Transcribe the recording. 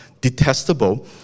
detestable